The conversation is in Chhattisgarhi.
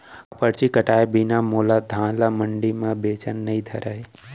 का परची कटाय बिना मोला धान ल मंडी म बेचन नई धरय?